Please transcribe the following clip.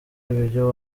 ibyo